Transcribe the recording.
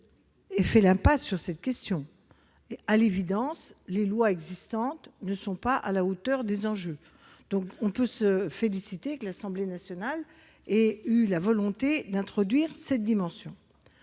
fasse l'impasse sur cette question. À l'évidence, les lois existantes ne sont pas à la hauteur des enjeux. On peut donc se féliciter de ce que l'Assemblée nationale ait eu la volonté d'introduire ce volet dans